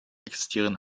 existieren